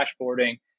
dashboarding